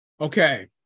Okay